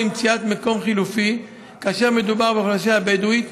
למציאת מיקום חלופי כאשר מדובר באוכלוסייה הבדואית,